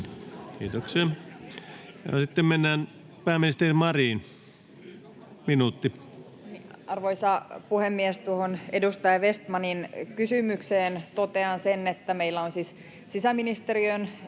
Kiitoksia. — Pääministeri Marin, minuutti. Arvoisa puhemies! Tuohon edustaja Vestmanin kysymykseen totean sen, että meillä on siis sisäministeriön